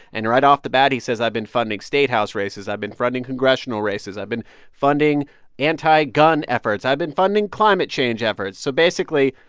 and right off the bat, he says, i've been funding statehouse races. i've been funding congressional races. i've been funding anti-gun efforts. i've been funding climate change efforts. so basically,